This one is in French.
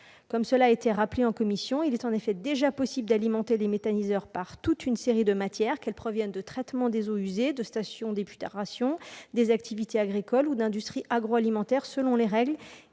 Comme cela a été rappelé en commission, il est déjà possible d'alimenter les méthaniseurs par toute une série de matières, qu'elles proviennent de traitements des eaux usées, de stations d'épuration, d'activités agricoles ou d'industries agroalimentaires, selon des règles